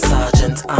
Sergeant